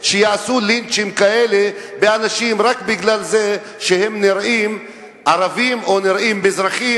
שיעשו לינצ'ים כאלה באנשים רק בגלל זה שהם נראים ערבים או נראים מזרחים,